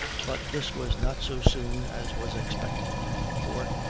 but this was not so soon as was expected for,